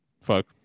fuck